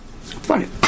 Funny